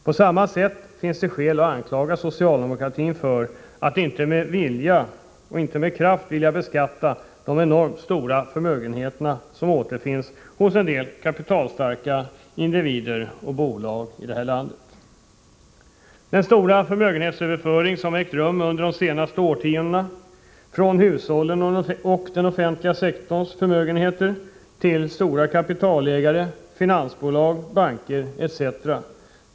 På samma sätt finns det skäl att anklaga socialdemokratin för att inte med kraft vilja beskatta de enormt stora förmögenheter som återfinns hos en del kapitalstarka individer och bolag här i landet. Jag åsyftar den stora förmögenhetsöverföring som har ägt rum under de senaste årtiondena från hushållens och den offentliga sektorns förmögenheter till stora kapitalägare, finansbolag, banker etc.